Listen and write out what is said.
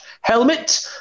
helmet